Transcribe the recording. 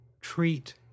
Treat